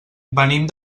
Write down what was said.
venim